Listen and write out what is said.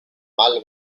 mal